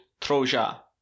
troja